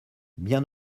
bien